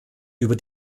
über